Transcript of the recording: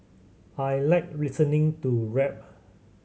I like listening to rap